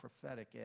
prophetic